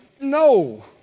no